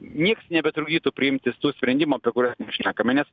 niekas nebetrukdytų priimti tų sprendimų apie kuriuos šnekame nes